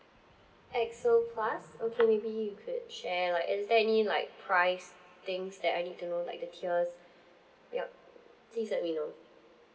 X O plus okay maybe you could share like is there any like price things that I need to know like the tiers yup please let me know